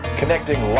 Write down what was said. connecting